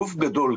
גוף גדול,